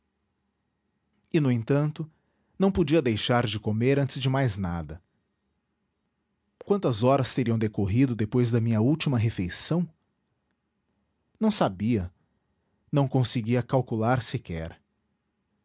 e no entanto não podia deixar de comer antes de mais nada quantas horas teriam decorrido depois da minha última refeição não sabia não conseguia calcular sequer